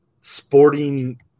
sporting